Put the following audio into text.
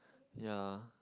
ya